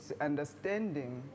understanding